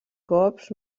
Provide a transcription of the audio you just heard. cops